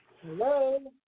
Hello